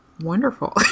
wonderful